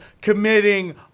committing